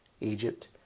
Egypt